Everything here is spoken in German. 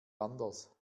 anders